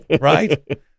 Right